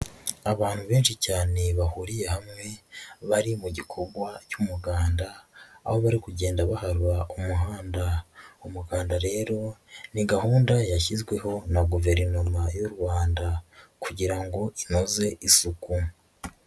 Abantu benshi cyane bahuriye hamwe bari mu gikorwa cy'umuganda aho bari kugenda baharura umuhanda, umuganda rero ni gahunda yashyizweho na Guverinoma y'u Rwanda kugira ngo inoze igisuku.